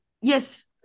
Yes